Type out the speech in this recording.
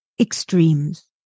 extremes